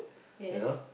yes